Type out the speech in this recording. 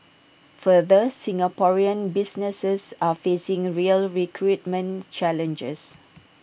further Singaporean businesses are facing real recruitment challenges